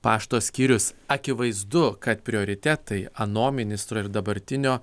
pašto skyrius akivaizdu kad prioritetai ano ministro ir dabartinio